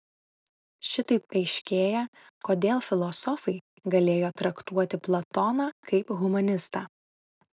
šitaip aiškėja kodėl filosofai galėjo traktuoti platoną kaip humanistą